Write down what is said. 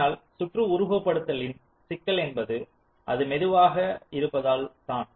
ஆனால் சுற்று உருவகப்படுத்திலின் சிக்கல் என்பது அது மெதுவாக இருப்பதால்தான்